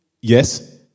yes